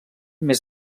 més